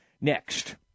next